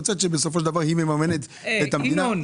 יוצא שבסופו של דבר היא מממנת את המדינה,